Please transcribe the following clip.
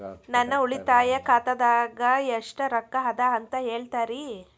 ನನ್ನ ಉಳಿತಾಯ ಖಾತಾದಾಗ ಎಷ್ಟ ರೊಕ್ಕ ಅದ ಅಂತ ಹೇಳ್ತೇರಿ?